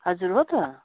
हजुर हो त